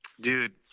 Dude